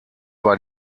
war